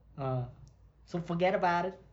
ah so forget about it